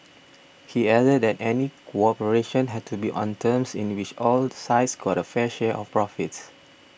he added that any cooperation had to be on terms in which all sides got a fair share of profits